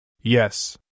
Yes